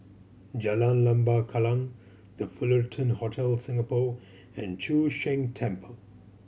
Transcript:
Jalan Lembah Kallang The Fullerton Hotel Singapore and Chu Sheng Temple